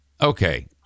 Okay